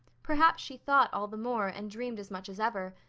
perhaps she thought all the more and dreamed as much as ever,